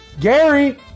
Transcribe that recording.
Gary